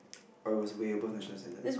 I was way above national standard